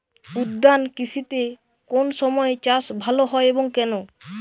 উদ্যান কৃষিতে কোন সময় চাষ ভালো হয় এবং কেনো?